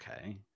Okay